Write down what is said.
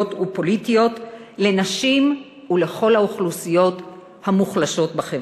כלכליות ופוליטיות לנשים ולכל האוכלוסיות המוחלשות בחברה.